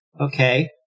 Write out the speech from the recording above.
okay